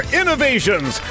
innovations